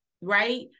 right